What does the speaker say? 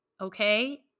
okay